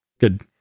Good